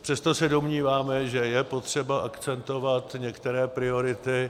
Přesto se domníváme, že je potřeba akcentovat některé priority.